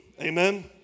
Amen